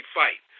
fight